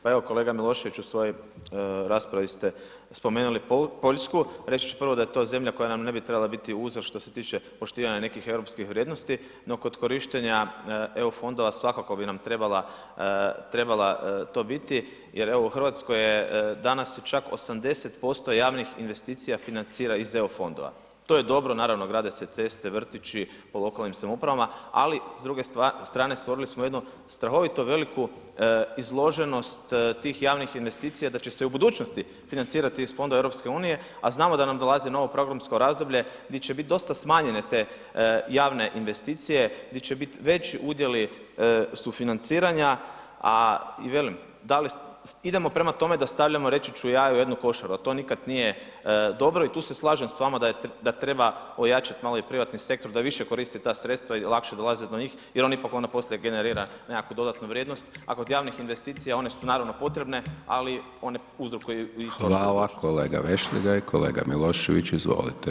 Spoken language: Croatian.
Pa evo kolega Milošević u svojoj raspravi ste spomenuli Poljsku, reći ću prvo da je to zemlja koja nam ne bi trebala biti uzor što se tiče poštivanja nekih europskih vrijednosti, no kod korištenja EU fondova svakako bi nam trebala, trebala to biti jer evo u RH je, danas se čak 80% javnih investicija financira iz EU fondova, to je dobro, naravno grade se ceste, vrtići po lokalnim samoupravama, ali s druge strane stvorili smo jednu strahovito veliku izloženost tih javnih investicija da će se i u budućnosti financirati iz Fondova EU, a znamo da nam dolazi novo programsko razdoblje di će bit dosta smanjene te javne investicije, di će bit veći udjeli sufinanciranja, a i velim da li idemo prema tome da stavljamo, reći ću ja, u jednu košaru, a to nikad nije dobro i tu se slažem s vama da treba ojačat malo i privatni sektor da više koristi ta sredstva i lakše dolaze do njih jer on ipak poslije generira nekakvu dodatnu vrijednost, a kod javnih investicija one su naravno potrebne, ali one uzrokuju i